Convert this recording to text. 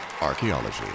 Archaeology